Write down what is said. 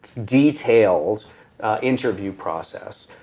detailed interview process.